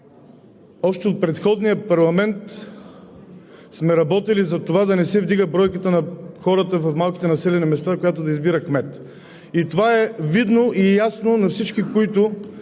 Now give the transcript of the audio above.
още от предходния парламент сме работили за това да не се вдига бройката на хората в малките населени места, която да избира кмет. Това е видно и ясно за всички, които